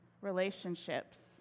relationships